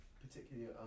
particularly